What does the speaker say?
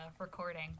recording